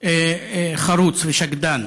חרוץ ושקדן: